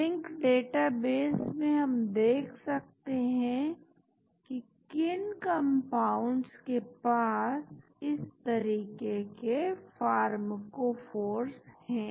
zinc database में हम देख सकते हैं कि किन कंपाउंड्स के पास इस तरीके के फार्मकोफोर्स है